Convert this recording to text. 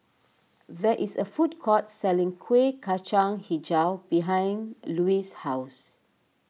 there is a food court selling Kuih Kacang HiJau behind Lois' house